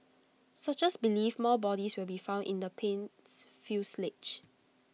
searchers believe more bodies will be found in the plane's fuselage